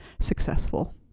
successful